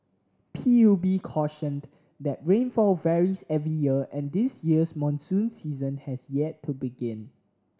P U B cautioned that rainfall varies every year and this year's monsoon season has yet to begin